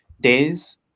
days